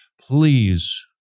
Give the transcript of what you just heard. Please